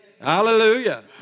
Hallelujah